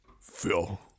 Phil